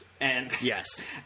Yes